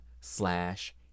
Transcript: slash